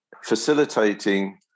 facilitating